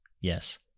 Yes